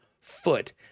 foot